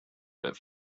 but